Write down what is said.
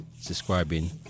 subscribing